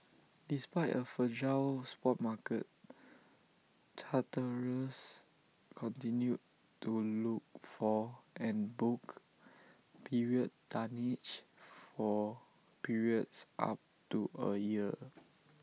despite A fragile spot market charterers continued to look for and book period tonnage for periods up to A year